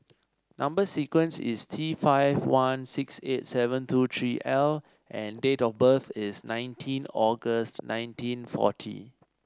number sequence is T five one six eight seven two three L and date of birth is nineteen August nineteen forty